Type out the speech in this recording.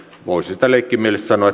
voisi sitä leikkimielisesti sanoa